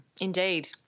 Indeed